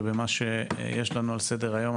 ובמה שיש לנו על סדר-היום,